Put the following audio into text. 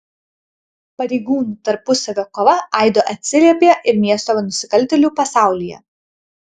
pareigūnų tarpusavio kova aidu atsiliepė ir miesto nusikaltėlių pasaulyje